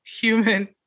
human